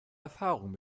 erfahrung